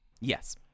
Yes